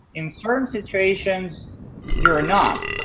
in certain situations you're not,